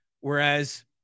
whereas